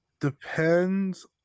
depends